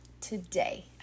today